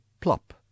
plop